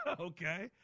Okay